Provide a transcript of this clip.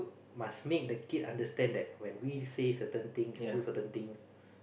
must make the kid understand that when we say certain things do certain things